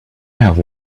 have